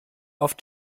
auf